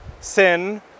sin